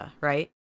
right